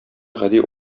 гади